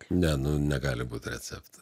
ne nu negali būt recepto